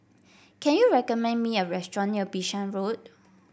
can you recommend me a restaurant near Bishan Road